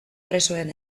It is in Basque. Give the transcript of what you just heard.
presoen